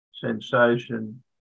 sensation